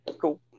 cool